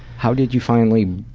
how did you finally